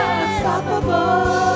unstoppable